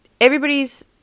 everybody's